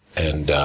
and